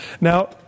Now